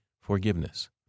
forgiveness